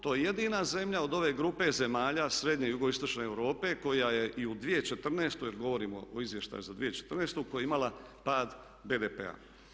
To je jedina zemlja od ove grupe zemalja srednje i jugoistočne Europe koja je i u 2014. jer govorimo o izvještaju za 2014. koja je imala pad BDP-a.